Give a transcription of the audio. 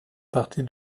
partir